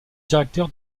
directeur